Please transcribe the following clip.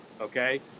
Okay